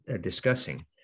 discussing